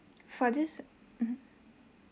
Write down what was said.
for this mmhmm